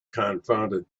confounded